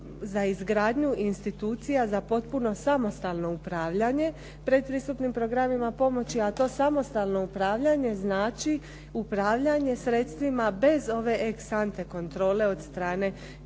za izgradnju institucija za potpuno samostalno upravljanje pretpristupnim programima pomoći a to samostalno upravljanje znači upravljanje sredstvima bez ove ex ante kontrole od strane